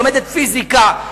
לומדת פיזיקה,